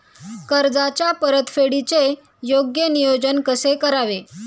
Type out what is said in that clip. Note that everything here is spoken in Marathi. कर्जाच्या परतफेडीचे योग्य नियोजन कसे करावे?